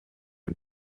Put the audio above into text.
und